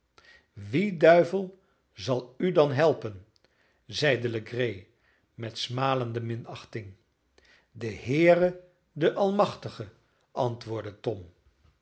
wie duivel zal u dan helpen zeide legree met smalende minachting de heere de almachtige antwoordde tom